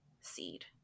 seed